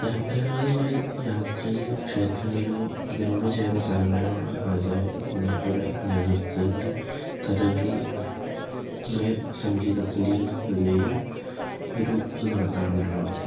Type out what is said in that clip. പരമ്പരാഗതമായി രാത്രിയിൽ ക്ഷേത്രങ്ങളിലോ അതിനോട് ചേർന്ന സ്ഥലങ്ങളിലോ ആണ് ആചാര്യന്മാരുടെ നേതൃത്വത്തിൽ കഥകളിയുടെ സംഗീതത്തിന്റെയും നൃത്തത്തിൻ്റെയും ഒര് ഇത് നടത്താറുണ്ട്